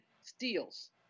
steals